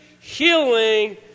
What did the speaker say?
healing